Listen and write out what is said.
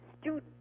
student